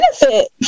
benefit